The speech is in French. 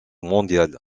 mondiale